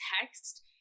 text